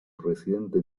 residente